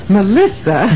Melissa